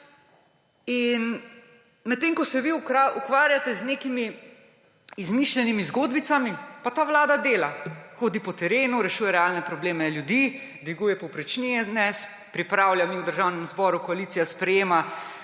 Medtem ko se vi ukvarjate z nekimi izmišljenimi zgodbicami, pa ta vlada dela, hodi po terenu, rešuje realne probleme ljudi, dviguje povprečnine, pripravlja in v Državnem zboru koalicija sprejema